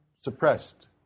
suppressed